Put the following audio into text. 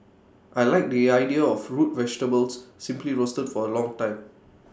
I Like the idea of root vegetables simply roasted for A long time